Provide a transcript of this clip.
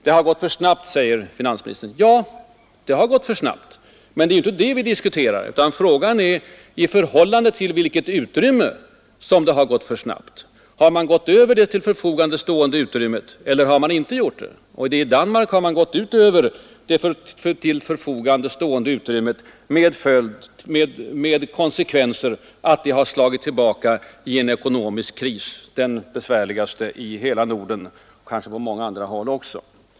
Det har gått för snabbt, säger finansministern. Ja, det har gått för snabbt. Men det är inte det vi diskuterar. Frågan är i förhållande till vilket utrymme som det har gått för snabbt. Har man gått över det till förfogande stående utrymmet eller har man inte gjort det? I Danmark har man gått över det till förfogande stående utrymmet med de konsekvenserna att det har slagit tillbaka i en ekonomisk kris, den besvärligaste i hela Norden och kanske på många andra håll också.